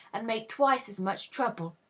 and make twice as much trouble.